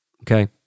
Okay